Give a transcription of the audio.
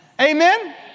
Amen